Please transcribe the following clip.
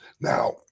Now